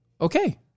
Okay